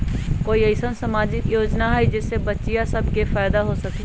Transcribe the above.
कोई अईसन सामाजिक योजना हई जे से बच्चियां सब के फायदा हो सके?